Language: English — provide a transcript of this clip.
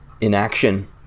inaction